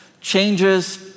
changes